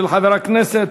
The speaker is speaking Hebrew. של חבר הכנסת